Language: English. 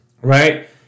right